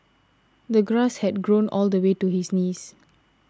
the grass had grown all the way to his knees